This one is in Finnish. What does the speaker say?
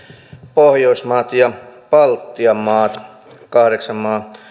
pohjoismaat ja baltian maat kahdeksan maan